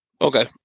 Okay